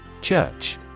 Church